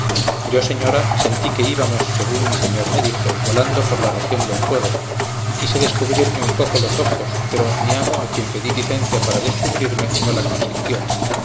yo señora sentí que íbamos según mi señor me dijo volando por la región del fuego y quise descubrirme un poco los ojos pero mi amo a quien pedí licencia para descubrirme no la consintió